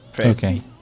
Okay